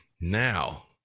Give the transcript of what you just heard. now